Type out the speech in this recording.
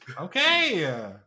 Okay